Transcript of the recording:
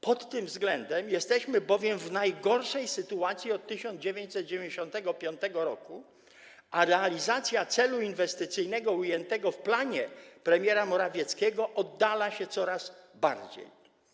Pod tym względem jesteśmy bowiem w najgorszej sytuacji od 1995 r., a realizacja celu inwestycyjnego ujętego w planie premiera Morawieckiego oddala się coraz bardziej.